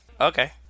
Okay